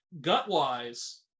gut-wise